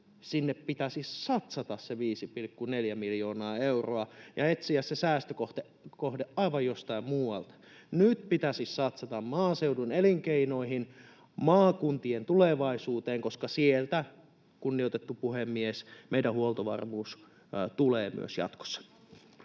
sinne pitäisi satsata se 5,4 miljoonaa euroa ja etsiä se säästökohde aivan jostain muualta. Nyt pitäisi satsata maaseudun elinkeinoihin, maakuntien tulevaisuuteen, koska sieltä, kunnioitettu puhemies, meidän huoltovarmuus tulee myös jatkossa.